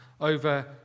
over